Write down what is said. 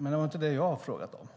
Men det är inte det som jag har frågat om.